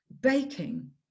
baking